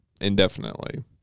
indefinitely